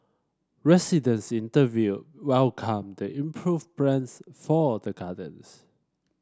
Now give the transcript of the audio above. residents interviewed welcomed the improved plans for the gardens